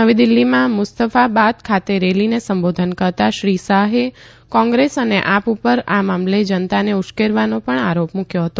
નવી દિલ્હીમાં મુસ્તફાબાદ ખાતે એક રેલીને સંબોધતા શ્રી શાહે કોંગ્રેસ અને આપ ઉપર આ મામલે જનતાને ઉશ્કેરવાનો પણ આરોપ મૂક્યો હતો